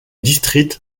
district